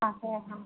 ആ ഏഹ് ആ